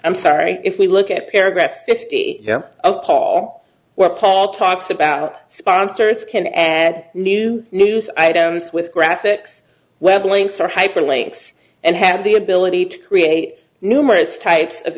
i'm sorry if we look at paragraph fifty of paul where paul talks about sponsors can add new news items with graphics web links or hyperlinks and have the ability to create numerous types of